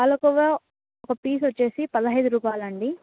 పాలకోవ ఒక పీస్ వచ్చేసి పదహేను రూపాయలండి